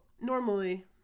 normally